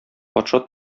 патша